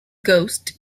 ghost